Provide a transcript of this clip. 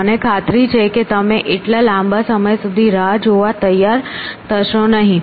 મને ખાતરી છે કે તમે એટલા લાંબા સમય સુધી રાહ જોવા તૈયાર થશો નહીં